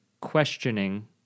questioning